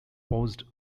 forged